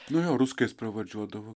nu jo ruskiais pravardžiuodavo